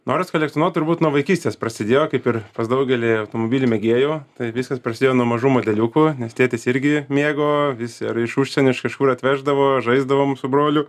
noras kolekcionuot turbūt nuo vaikystės prasidėjo kaip ir pas daugelį automobilių mėgėjų tai viskas prasidėjo nuo mažų modeliukų nes tėtis irgi mėgo vis ar iš užsienio iš kažkur atveždavo žaisdavom su broliu